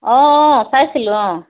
অঁ অঁ চাইছিলোঁ অঁ